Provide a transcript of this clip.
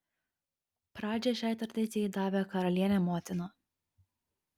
pradžią šiai tradicijai davė karalienė motina